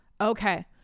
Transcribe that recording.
okay